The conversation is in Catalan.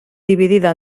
dividida